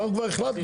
אנחנו כבר החלטנו,